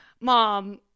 Mom